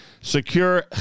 Secure